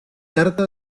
harta